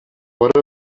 what